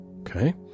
okay